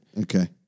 Okay